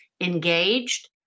engaged